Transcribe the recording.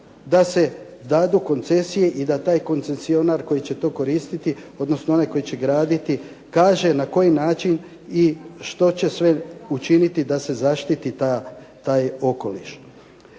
da se dadu koncesije i da taj koncesionar koji će to koristiti, odnosno onaj koji će graditi kaže na koji način i što će sve učiniti da se zaštiti taj okoliš.